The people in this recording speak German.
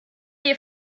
dir